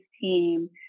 team